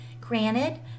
Granted